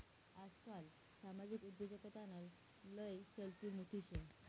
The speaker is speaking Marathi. आजकाल सामाजिक उद्योजकताना लय चलती मोठी शे